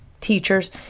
teachers